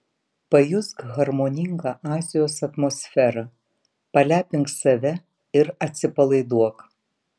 pajusk harmoningą azijos atmosferą palepink save ir atsipalaiduok